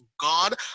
God